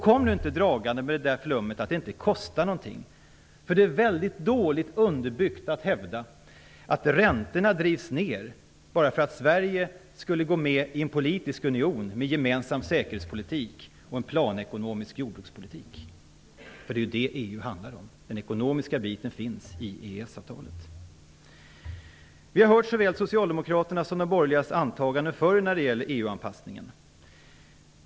Kom nu inte dragande med flummet att det inte kostar någonting! Det är väldigt dåligt underbyggt att hävda att räntorna skulle drivas ner bara för att Sverige skulle gå med i en politisk union med en gemensam säkerhetspolitik och en planekonomisk jordbrukspolitik, för det är detta EU handlar om. Den ekonomiska biten finns i EES-avtalet. Vi har hört såväl socialdemokraternas som de borgerligas antaganden förr när det gäller EU anpassningen.